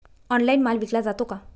Online माल विकला जातो का?